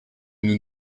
nous